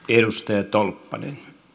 ennusteet tolppa ne